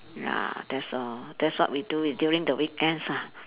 ya that's all that's what we do during the weekends ah